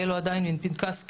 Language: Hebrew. יהיה לו עדיין פנקס כיס,